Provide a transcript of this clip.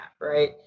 right